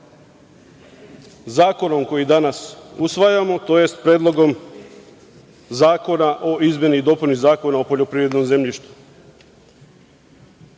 zakonom koji danas usvajamo, tj. Predlogom zakona o izmeni i dopuni Zakona o poljoprivrednom zemljištu. Ne